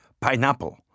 pineapple